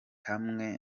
hamwe